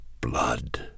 blood